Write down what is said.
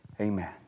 amen